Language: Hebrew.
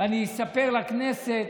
ואני אספר לכנסת